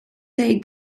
say